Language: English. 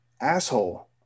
Asshole